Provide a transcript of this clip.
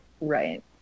Right